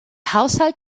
haushalt